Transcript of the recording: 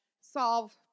solve